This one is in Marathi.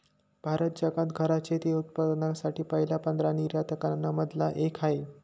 भारत जगात घरात शेती उत्पादकांसाठी पहिल्या पंधरा निर्यातकां न मधला एक आहे